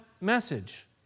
message